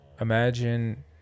imagine